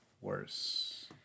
worse